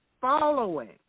following